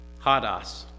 Hadas